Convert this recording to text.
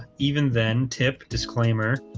even then tip disclaimer